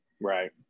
right